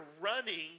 running